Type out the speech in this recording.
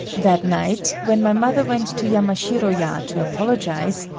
that night when my mother went to yamashiro-ya to apologize,